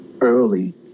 early